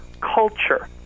culture